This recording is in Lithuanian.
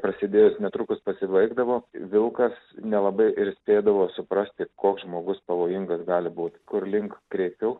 prasidėjus netrukus pasibaigdavo vilkas nelabai ir spėdavo suprasti koks žmogus pavojingas gali būt kur link kreipiu